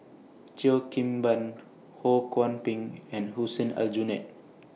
Cheo Kim Ban Ho Kwon Ping and Hussein Aljunied